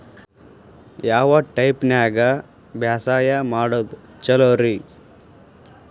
ಯಾವ ಟೈಪ್ ನ್ಯಾಗ ಬ್ಯಾಸಾಯಾ ಮಾಡೊದ್ ಛಲೋರಿ?